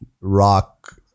rock